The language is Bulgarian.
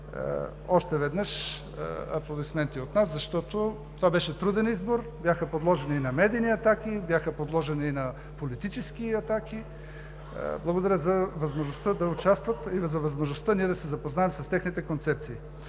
Още веднъж аплодисменти от нас, защото това беше труден избор, бяха подложени на медийни атаки, бяха подложени на политически атаки. Благодаря за възможността да участват и за възможността ние да се запознаем с техните концепции!